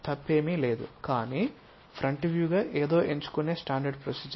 తప్పు ఏమీ లేదు కానీ ఫ్రంట్ వ్యూగా ఏదో ఎంచుకునే స్టాండర్డ్ ప్రొసీజర్